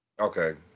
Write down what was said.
Okay